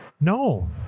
No